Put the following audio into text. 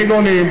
חילונים,